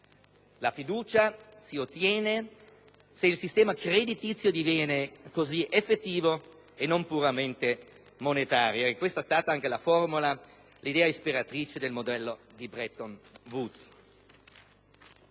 La fiducia si ottiene se il sistema creditizio diviene effettivo e non puramente monetario. Questa è stata, tra l'altro, l'idea ispiratrice del modello di Bretton Woods.